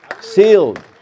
Sealed